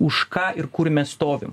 už ką ir kur mes stovim